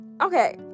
okay